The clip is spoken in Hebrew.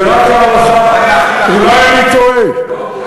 זו רק הערכה, אולי אני טועה.